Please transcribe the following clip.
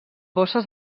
bosses